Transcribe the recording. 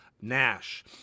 Nash